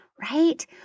right